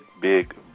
big